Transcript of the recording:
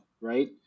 right